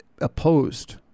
opposed